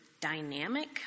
dynamic